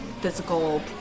physical